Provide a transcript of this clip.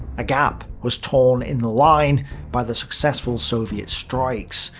a gap was torn in the line by the successful soviet strikes.